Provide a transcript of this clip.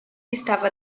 estava